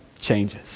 changes